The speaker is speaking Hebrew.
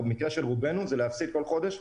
ובמקרה של רובנו זה להפסיד כל חודש,